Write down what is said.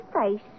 face